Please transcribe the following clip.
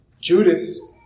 Judas